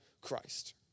Christ